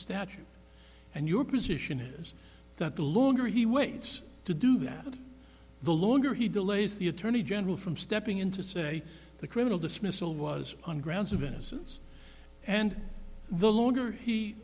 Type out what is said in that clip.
statute and your position is that the longer he waits to do that the longer he delays the attorney general from stepping in to say the criminal dismissal was on grounds of innocence and the longer he